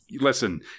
listen